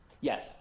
Yes